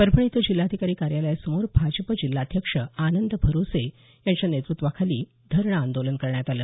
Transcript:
परभणी इथं जिल्हाधिकारी कार्यालयासमोर भाजपा जिल्हाध्यक्ष आनंद भरोसे यांच्या नेतृत्वाखाली धरणे आंदोलन करण्यात आलं